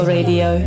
Radio